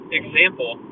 example